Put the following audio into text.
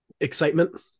Excitement